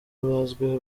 bazwiho